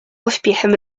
pośpiechem